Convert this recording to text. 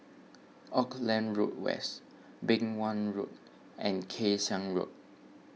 Auckland Road West Beng Wan Road and Kay Siang Road